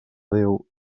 déu